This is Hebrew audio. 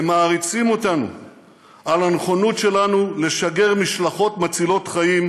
הם מעריצים אותנו על הנכונות שלנו לשגר משלחות מצילות חיים,